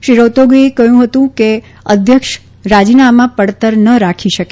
શ્રી રોહતગીએ કહ્યું કે અધ્યક્ષ રાજીનામાં પડતર ન રાખી શકે